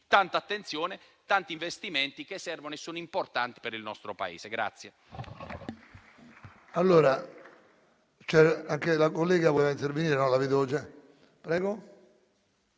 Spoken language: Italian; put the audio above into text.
tanta attenzione e tanti investimenti, che servono e sono importanti per il nostro Paese.